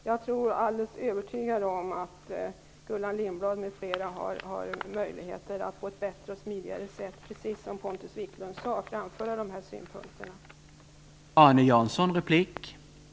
Jag är alldeles övertygad om att Gullan Lindblad m.fl. har möjligheter att på ett bättre och smidigare sätt framföra dessa synpunkter, precis som Pontus Wiklund sade.